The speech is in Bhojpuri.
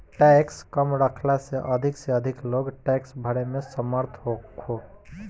टैक्स कम रखला से अधिक से अधिक लोग टैक्स भरे में समर्थ होखो